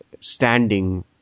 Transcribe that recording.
standing